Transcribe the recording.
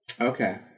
Okay